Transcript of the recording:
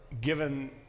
given